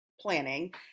planning